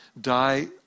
die